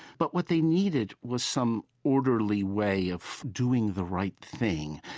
but what they needed was some orderly way of doing the right thing.